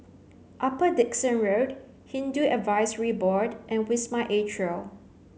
Upper Dickson Road Hindu Advisory Board and Wisma Atria